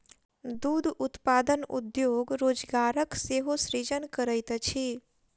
दूध उत्पादन उद्योग रोजगारक सेहो सृजन करैत अछि